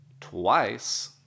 twice